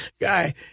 guy